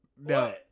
no